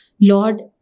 Lord